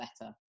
better